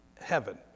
heaven